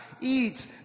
eat